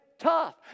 tough